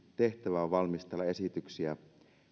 tehtävä on valmistella esityksiä